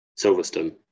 Silverstone